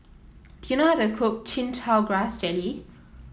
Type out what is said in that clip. do you know how to cook Chin Chow Grass Jelly